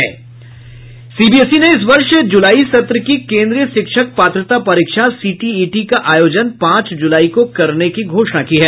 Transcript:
CBSE ने इस वर्ष जुलाई सत्र की केन्द्रीय शिक्षक पात्रता परीक्षा सीटीईटी का आयोजन पांच ज़ुलाई को करने की घोषणा की है